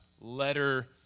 letter